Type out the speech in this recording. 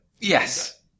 yes